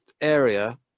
area